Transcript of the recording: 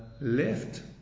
left